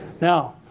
Now